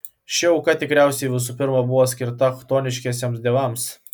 ši auka tikriausiai visų pirma buvo skirta chtoniškiesiems dievams